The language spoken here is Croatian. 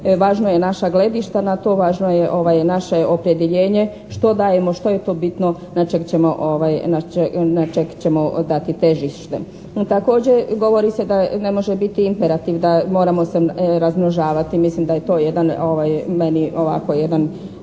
važno je naša gledišta na to važno je naše opredjeljenje što dajemo, što je to bitno na čeg ćemo dati težište. Također govori se da ne može biti imperativ da moramo se razmnožavati, mislim da je to jedan meni ovako jedan